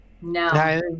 No